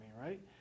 right